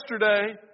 yesterday